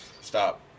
Stop